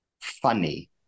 funny